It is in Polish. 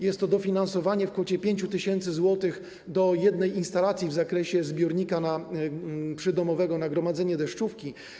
Jest to dofinansowanie w kwocie 5 tys. zł do jednej instalacji w zakresie zbiornika przydomowego na gromadzenie deszczówki.